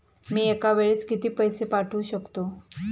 मी एका वेळेस किती पैसे पाठवू शकतो?